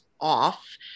off